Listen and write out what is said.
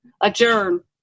Adjourn